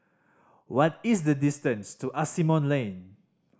what is the distance to Asimont Lane